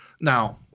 Now